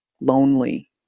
lonely